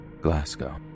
Glasgow